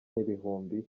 n‟ibihumbi